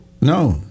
No